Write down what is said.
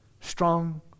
strong